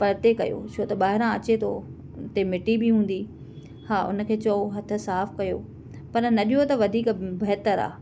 परते कयो छो त ॿाहिरां अचे थो ते मिट्टी बि हूंदी हा हुन खे चओ हथु साफ़ु कयो पर न ॾियो त वधीक बहितरु आहे